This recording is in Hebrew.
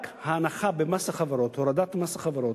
רק ההנחה במס החברות, הורדת מס החברות,